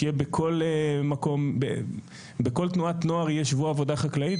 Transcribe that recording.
שיהיה בכל תנועת נוער שבוע עבודה חקלאית.